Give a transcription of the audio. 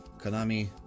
Konami